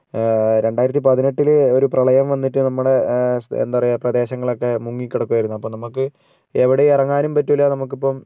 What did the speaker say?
രണ്ടായിരത്തി പതിനെട്ടില് ഒരു പ്രളയം വന്നിട്ട് നമ്മള് എന്താ പറയുക പ്രദേശങ്ങളൊക്കേ മുങ്ങി കിടക്കുകയായിരുന്നു അപ്പോൾ നമുക്ക് എവിടെയും ഇറങ്ങാനും പറ്റുകയില്ല നമ്മുക്കിപ്പം